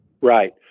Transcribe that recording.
Right